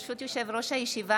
ברשות יושב-ראש הישיבה,